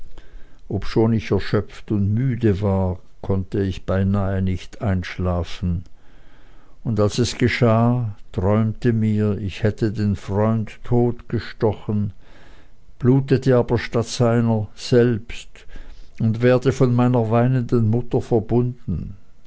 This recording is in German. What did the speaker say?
obschon ich erschöpft und müde war konnte ich beinahe nicht einschlafen und als es geschah träumte mir ich hätte den freund totgestochen blutete aber statt seiner selbst und werde von meiner weinenden mutter verbunden